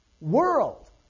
world